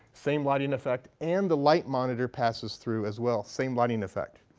same lighting effect, and the light monitor passes through as well, same lighting effect.